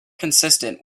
consistent